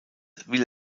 will